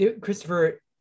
Christopher